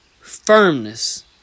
firmness